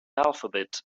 alphabet